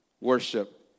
worship